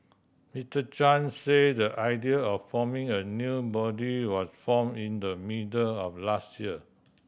Mister Chan say the idea of forming a new body was form in the middle of last year